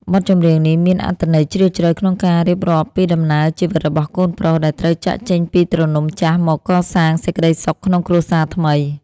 បទចម្រៀងនេះមានអត្ថន័យជ្រាលជ្រៅក្នុងការរៀបរាប់ពីដំណើរជីវិតរបស់កូនប្រុសដែលត្រូវចាកចេញពីទ្រនំចាស់មកកសាងសេចក្តីសុខក្នុងគ្រួសារថ្មី។